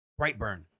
Brightburn